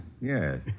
yes